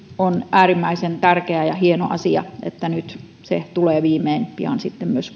on äärimmäisen tärkeä ja hieno asia että tämä laki nyt viimein tulee pian myös